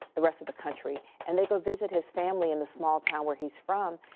the rest of the country, and they go visit his family in the small town where he's from.